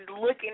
looking